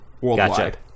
worldwide